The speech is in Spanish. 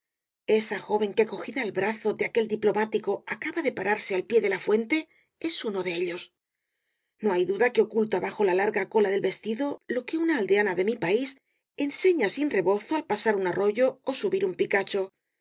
esa joven que cogida al brazo de aquel diplomático acaba de pararse al pie de la fuente es uno de ellos no hay duda que oculta bajo la larga cola del vestido lo que una aldeana de mi país enseña sin rebozo al pasar un arroyo ó subir un picacho